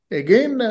again